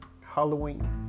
Halloween